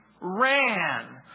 ran